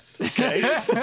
Okay